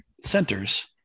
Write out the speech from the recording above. centers